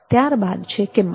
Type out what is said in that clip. ત્યારબાદ છે કિંમત